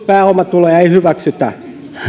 pääomatuloja ei hyväksytä